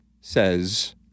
says